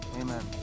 Amen